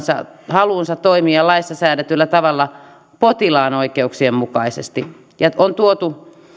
haluunsa toimia laissa säädetyllä tavalla potilaan oikeuksien mukaisesti ja on myös tuotu